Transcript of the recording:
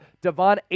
Devon